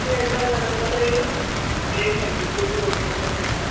ঠিক আছে চল তাহলে ওই কথাই রইল রেডি থাকবি যদি হোস আমাকে জানাবি